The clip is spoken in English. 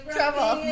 Trouble